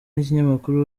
n’ikinyamakuru